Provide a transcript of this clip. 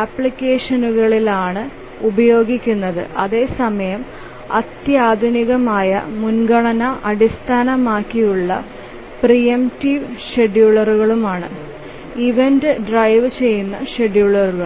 ആപ്ലിക്കേഷനുകളിലാണ് ഉപയോഗിക്കുന്നത് അതേസമയം അത്യാധുനികമായവ മുൻഗണന അടിസ്ഥാനമാക്കിയുള്ള പ്രീ എംപ്റ്റീവ് ഷെഡ്യൂളറുകളാണ് ഇവന്റ് ഡ്രൈവുചെയ്യുന്ന ഷെഡ്യൂളറുകൾ